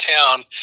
town